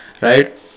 right